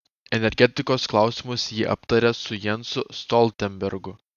energetikos klausimus ji aptarė su jensu stoltenbergu